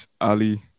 Ali